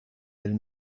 del